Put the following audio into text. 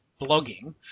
blogging